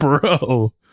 bro